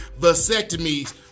vasectomies